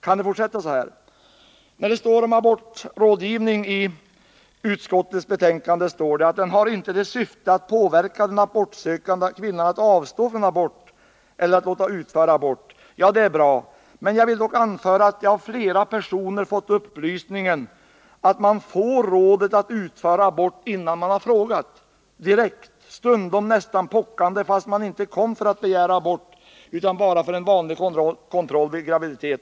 Om abortrådgivningen står det i utskottets betänkande att den inte har till syfte att påverka den abortsökande kvinnan att avstå från abort eller låta utföra abort. Ja, det är bra, men jag vill då anföra att jag av flera personer fått upplysningen att man får rådet att utföra abort innan man har frågat — direkt, stundom nästan pockande, fastän man inte kom för att begära abort utan bara för en vanlig kontroll vid en graviditet.